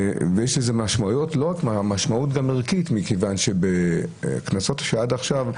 משמעות גם ערכית מכיוון שבקנסות עד עכשיו,